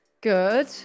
Good